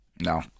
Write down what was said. No